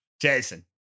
Jason